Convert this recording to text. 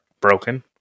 broken